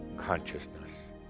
consciousness